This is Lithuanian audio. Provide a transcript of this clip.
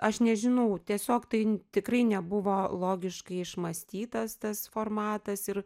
aš nežinau tiesiog tai tikrai nebuvo logiškai išmąstytas tas formatas ir